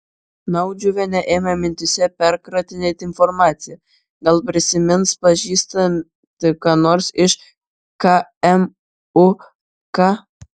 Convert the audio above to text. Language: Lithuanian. naudžiuvienė ėmė mintyse perkratinėti informaciją gal prisimins pažįstanti ką nors iš kmuk